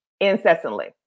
incessantly